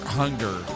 hunger